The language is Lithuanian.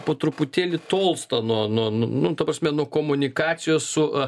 po truputėlį tolsta nuo nu nu ta prasme nuo komunikacijos su